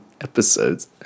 episodes